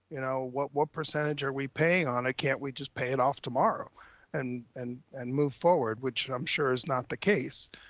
you know what what percentage are we paying on it? can't we just pay it off tomorrow and and and move forward, which i'm sure is not the case,